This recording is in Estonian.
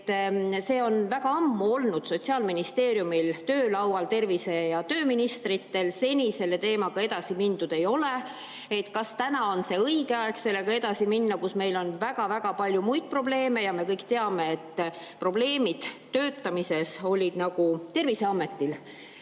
See on väga ammu olnud Sotsiaalministeeriumi töölaual, tervise- ja tööministritel. Seni selle teemaga edasi mindud ei ole. Kas on õige aeg sellega edasi minna nüüd, kui meil on väga-väga palju muid probleeme? Ja me kõik teame, et probleemid töötamises olid Terviseametil.